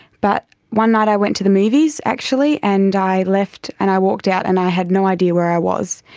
but one night i went to the movies actually and i left and i walked out and i had no idea where i was,